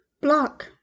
Block